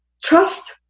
Trust